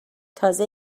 تازه